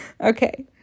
Okay